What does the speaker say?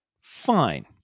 Fine